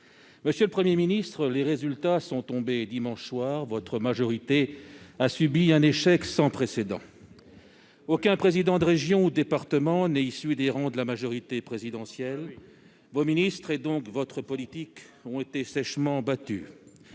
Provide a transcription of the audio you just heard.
Monsieur le Premier Ministre, les résultats sont tombés dimanche soir : votre majorité a subi un échec sans précédent ! Aucun président de région ou de département n'est issu des rangs de la majorité présidentielle ; vos ministres, et donc votre politique, ont été sèchement